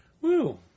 Woo